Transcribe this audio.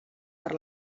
per